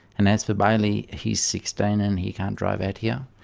and as for bailey, he's sixteen and he can't drive out here.